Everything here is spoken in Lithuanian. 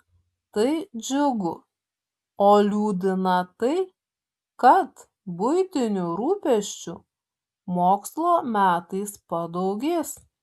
tai džiugu o liūdina tai kad buitinių rūpesčių mokslo metais padaugės